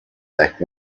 back